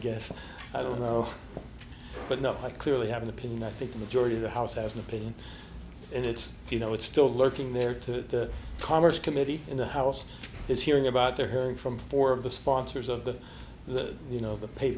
guess i don't know but enough i clearly have an opinion i think the majority of the house has an opinion and it's you know it's still lurking there to commerce committee in the house is hearing about they're hearing from four of the sponsors of the the you know the pay